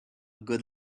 good